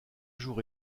jour